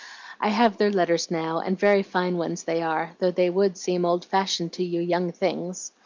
i have their letters now, and very fine ones they are, though they would seem old-fashioned to you young things.